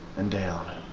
and down.